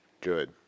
Good